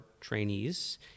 trainees